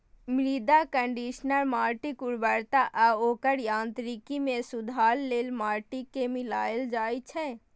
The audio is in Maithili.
मृदा कंडीशनर माटिक उर्वरता आ ओकर यांत्रिकी मे सुधार लेल माटि मे मिलाएल जाइ छै